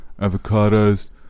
avocados